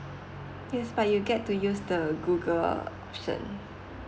yes but you get to use the google search